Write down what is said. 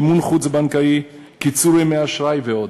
מימון חוץ-בנקאי, קיצור ימי אשראי ועוד.